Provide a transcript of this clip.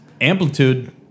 Amplitude